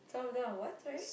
some of them are what sorry